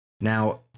Now